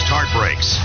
heartbreaks